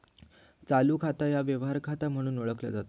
चालू खाता ह्या व्यवहार खाता म्हणून ओळखला जाता